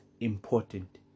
important